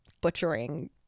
butchering